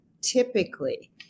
typically